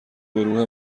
گروه